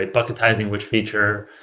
bucketizing which feature,